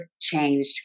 changed